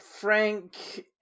Frank